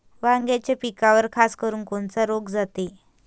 वांग्याच्या पिकावर खासकरुन कोनचा रोग जाते?